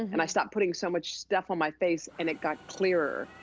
and i stopped putting so much stuff on my face, and it got clearer.